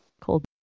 Cold